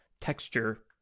texture